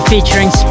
Featuring